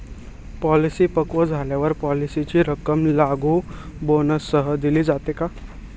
Policy पक्व झाल्यावर पॉलिसीची रक्कम लागू बोनससह दिली जाते का?